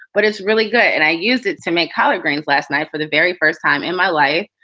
but it's really good and i use it to make collard greens. last night for the very first time in my life.